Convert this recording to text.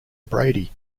brady